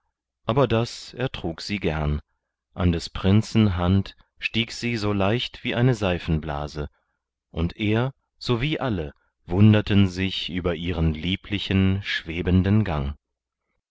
aber das ertrug sie gern an des prinzen hand stieg sie so leicht wie eine seifenblase und er sowie alle wunderten sich über ihren lieblichen schwebenden gang